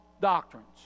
doctrines